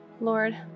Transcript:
Lord